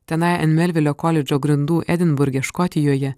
tenai ant melvilio koledžo grindų edinburge škotijoje